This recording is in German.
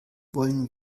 wollen